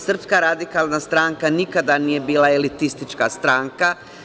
Srpska radikalna stranka nikada nije bila elitistička stranka.